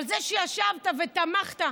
אבל זה שישבת ותמכת,